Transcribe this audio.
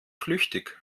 flüchtig